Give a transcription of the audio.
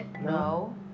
No